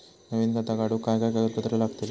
नवीन खाता काढूक काय काय कागदपत्रा लागतली?